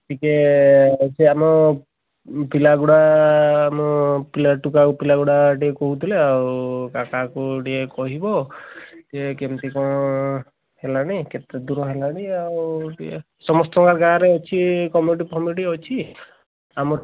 ଟିକେ ହେଉଛି ଆମ ପିଲାଗୁଡ଼ା ଆମ ପିଲା ଟୋକା ପିଲାଗୁଡ଼ା ଟିକେ କହୁଥିଲେ ଆଉ କାହାକୁ ଟିକେ କହିବ କେମିତି କ'ଣ ହେଲାଣି କେତେ ଦୂର ହେଲାଣି ଆଉ ସମସ୍ତଙ୍କ ଗାଁରେ ଅଛି କମିଟି ଫମିଟି ଅଛି ଆମର